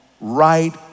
right